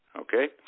okay